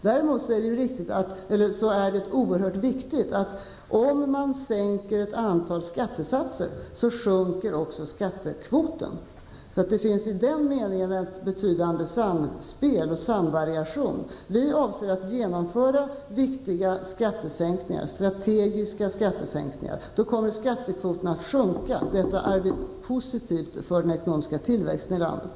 Däremot är det oerhört viktigt att om ett antal skattesatser sänks, sjunker också skattekvoten. Det finns i den meningen ett betydande samspel och samvariation. Vi avser att genomföra viktiga strategiska skattesänkningar. Då kommer skattekvoten att sjunkta. Det är positivt för den ekonomiska tillväxten i landet.